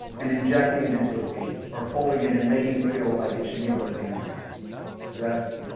and injecting it into a piece, or folding it and making it feel like it should be there organically that?